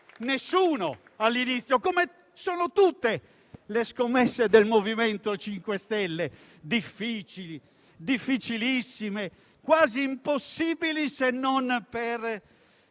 nessuno all'inizio. Una scommessa come tutte le scommesse del MoVimento 5 Stelle: difficili, difficilissime, quasi impossibili, se non per